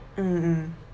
mm mm